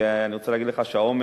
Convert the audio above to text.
ואני רוצה להגיד לך שהעומס